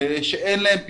של אלה שאין להם פתרון.